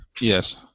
Yes